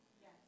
Yes